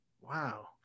wow